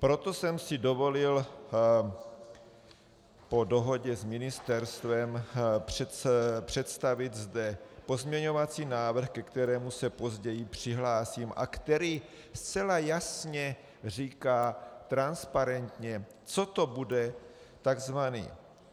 Proto jsem si dovolil po dohodě s ministerstvem představit zde pozměňovací návrh, ke kterému se později přihlásím a který zcela jasně říká transparentně, co to bude tzv.